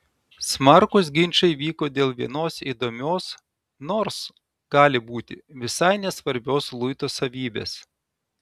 smarkūs ginčai vyko dėl vienos įdomios nors gali būti visai nesvarbios luito savybės